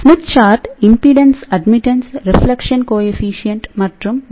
Smith chart மின்மறுப்பு மின்ஏற்பு reflection coefficient மற்றும் வி